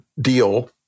deal